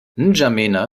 n’djamena